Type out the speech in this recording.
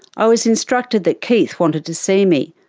i was instructed that keith wanted to see me.